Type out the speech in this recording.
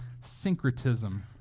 syncretism